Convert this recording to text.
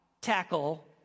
tackle